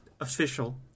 official